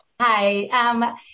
Hi